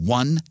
one